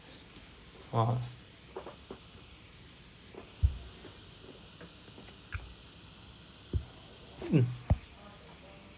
!wah! hmm